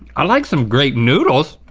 i like some grape noodles.